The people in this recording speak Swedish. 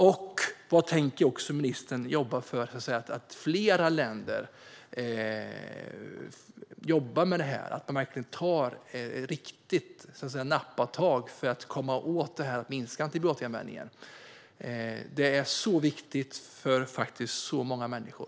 Och hur tänker ministern jobba för att fler länder ska jobba med detta och verkligen ta ett riktigt nappatag för att minska antibiotikaanvändningen? Det är så viktigt för så många människor.